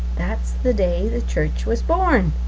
that's the day the church was born.